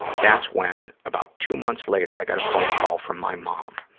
that's when, about two months later, i got a phone call from my mom.